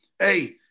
Hey